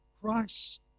Christ